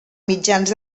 mitjans